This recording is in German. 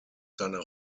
seiner